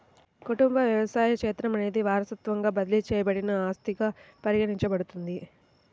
కుటుంబ వ్యవసాయ క్షేత్రం అనేది వారసత్వంగా బదిలీ చేయబడిన ఆస్తిగా పరిగణించబడుతుంది